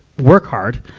work hard,